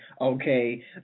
okay